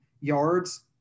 yards